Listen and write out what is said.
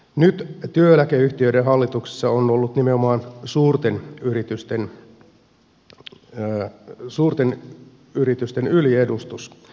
nyt työeläkeyhtiöiden hallituksissa on ollut nimenomaan suurten yritysten yliedustus